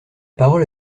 parole